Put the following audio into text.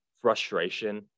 frustration